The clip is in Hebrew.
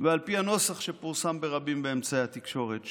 ועל פי הנוסח שפורסם ברבים באמצעי התקשורת?